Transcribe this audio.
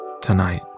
tonight